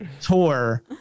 tour